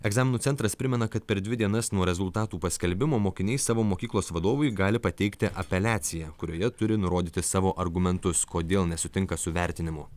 egzaminų centras primena kad per dvi dienas nuo rezultatų paskelbimo mokiniai savo mokyklos vadovui gali pateikti apeliaciją kurioje turi nurodyti savo argumentus kodėl nesutinka su vertinimu